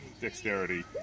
Dexterity